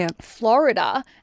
Florida